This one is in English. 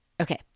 Okay